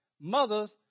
mothers